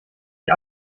die